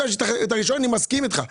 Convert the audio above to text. הרשיון מסכים איתך.